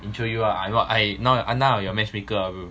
intro you ah what I what I now I now your matchmaker ah bro